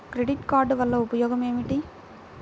Credit card వల్ల ఉపయోగం ఏమిటీ?